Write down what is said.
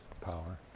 power